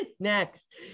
next